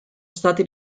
stati